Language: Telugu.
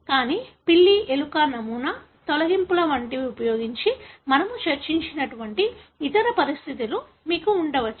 కానీ పిల్లి ఎలుక నమూనా తొలగింపుల వంటివి ఉపయోగించి మేము చర్చించినటువంటి ఇతర పరిస్థితులు మీకు ఉండవచ్చు